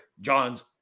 John's